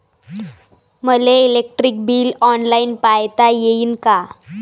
मले electric bill online पायता येईन का?